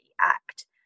act